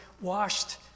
washed